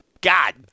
God